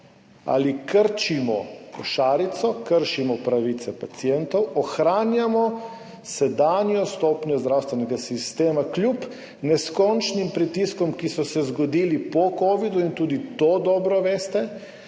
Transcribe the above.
ali krčimo košarico, kršimo pravice pacientov, ohranjamo sedanjo stopnjo zdravstvenega sistema kljub neskončnim pritiskom, ki so se zgodili po covidu. Dobro veste